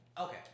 Okay